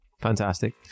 Fantastic